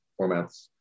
formats